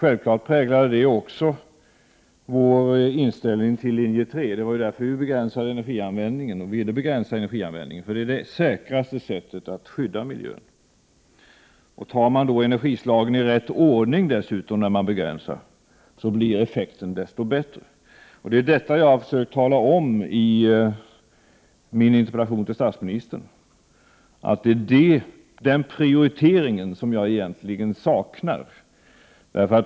Självklart präglade det också vår inställning till Linje 3. Det var därför vi ville begränsa energianvändningen. Det är det säkraste sättet att skydda miljön. Tar man dessutom energislagen i rätt ordning vid en begränsning, blir effekten desto bättre. Det är detta jag har försökt tala om i min interpellation till statsministern, att det är den prioriteringen som jag egentligen saknar.